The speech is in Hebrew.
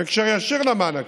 בהקשר ישיר למענקים.